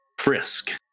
Frisk